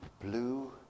blue